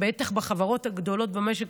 בטח בחברות הגדולות במשק,